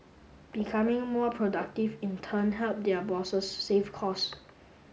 becoming more productive in turn help their bosses save cost